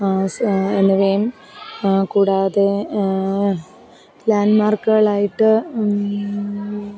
എന്നിവയും കൂടാതെ ലാൻഡ്മാർക്കുകളായിട്ട്